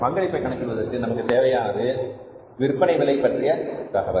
பங்களிப்பை கணக்கிடுவதற்கு நமக்கு தேவையானது விற்பனை விலை பற்றிய தகவல்